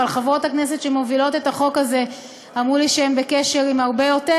אבל חברות הכנסת שמובילות את החוק הזה אמרו לי שהן בקשר עם הרבה יותר,